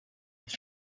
with